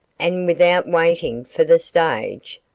and without waiting for the stage,